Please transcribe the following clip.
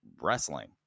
wrestling